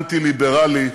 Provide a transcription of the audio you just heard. אנטי-ליברלי,